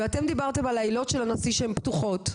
ואתם דיברתם על העילות של הנשיא שהן פתוחות,